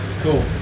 cool